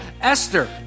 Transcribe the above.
Esther